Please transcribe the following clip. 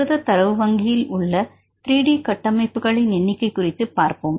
புரத தரவு வங்கியில் உள்ள 3 டி கட்டமைப்புக்களின் எண்ணிக்கை குறித்து பார்ப்போம்